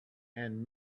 and